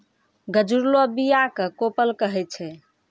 गजुरलो बीया क कोपल कहै छै